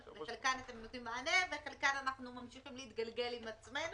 לחלקן אתם נותנים מענה ועם חלקן אנחנו ממשיכים להתגלגל עם עצמנו.